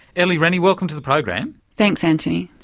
ellie rennie, welcome to the program. thanks antony.